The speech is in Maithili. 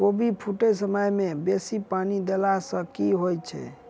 कोबी फूटै समय मे बेसी पानि देला सऽ की होइ छै?